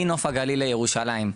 מנוף הגליל לירושלים,